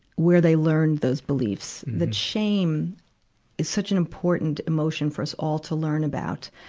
where they learned those beliefs. that shame is such an important emotion for us all to learn about.